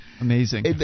Amazing